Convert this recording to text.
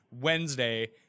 Wednesday